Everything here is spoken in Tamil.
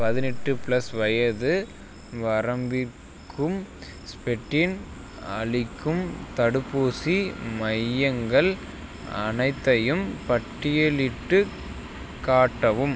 பதினெட்டு ப்ளஸ் வயது வரம்பினற்கும் ஸ்பெட்டின் அளிக்கும் தடுப்பூசி மையங்கள் அனைத்தையும் பட்டியலிட்டுக் காட்டவும்